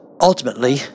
ultimately